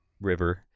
river